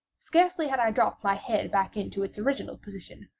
scarcely had i dropped my head back into its original position,